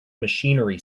machinery